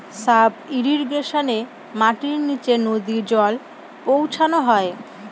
sub ইর্রিগেশনে মাটির নীচে নদী জল পৌঁছানো হয়